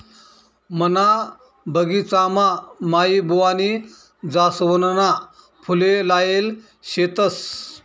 मना बगिचामा माईबुवानी जासवनना फुले लायेल शेतस